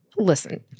listen